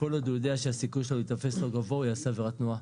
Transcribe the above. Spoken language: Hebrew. כל עוד הוא יודע שהסיכוי שלו להיתפס לא גבוה הוא יעשה עבירת תנועה.